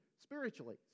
spiritually